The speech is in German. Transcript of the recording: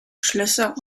schlösser